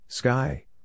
Sky